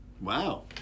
Wow